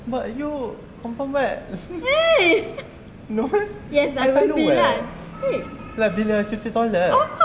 but you confirm wet no meh I selalu wet bila cuci toilet